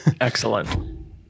Excellent